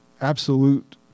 absolute